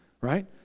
Right